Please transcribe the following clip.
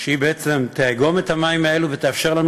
שבעצם תאגום את המים האלה ותאפשר לנו